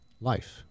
life